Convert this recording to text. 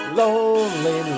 lonely